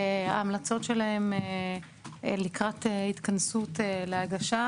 ההמלצות שלהם לקראת התכנסות להגשה,